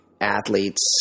athletes